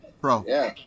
Bro